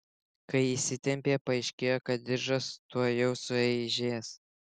kai įsitempė paaiškėjo kad diržas tuojau sueižės